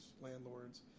landlords